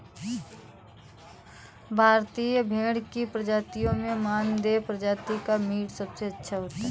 भारतीय भेड़ की प्रजातियों में मानदेय प्रजाति का मीट सबसे अच्छा होता है